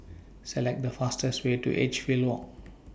Select The fastest Way to Edgefield Walk